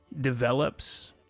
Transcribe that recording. develops